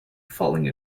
falling